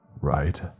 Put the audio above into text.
Right